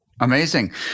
Amazing